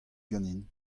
ganin